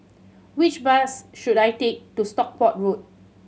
which bus should I take to Stockport Road